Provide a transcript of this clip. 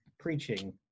preaching